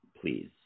please